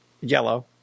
yellow